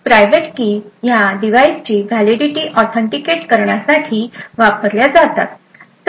private कि ह्या डिव्हाइसची व्हॅलिडीटी ऑथेंटिकेट करण्यासाठी वापरल्या जातात